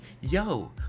yo